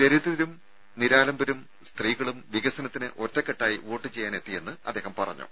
ദരിദ്രരും നിരാലംബരും സ്ത്രീകളും വികസനത്തിന് ഒറ്റക്കെട്ടായി വോട്ട് ചെയ്യാനെത്തിയെന്ന് അദ്ദേഹം പറഞ്ഞു